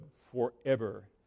forever